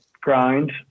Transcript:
grind